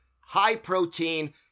high-protein